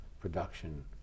production